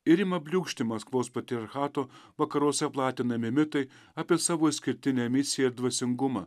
ir ima bliūkšti maskvos patriarchato vakaruose platinami mitai apie savo išskirtinę misiją ir dvasingumą